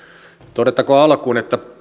todettakoon alkuun että